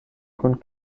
kun